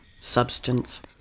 substance